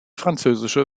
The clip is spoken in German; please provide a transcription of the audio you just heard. französische